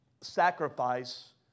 sacrifice